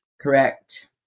Correct